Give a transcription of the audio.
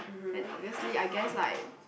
then obviously I guess like